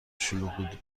شلوغی